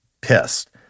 pissed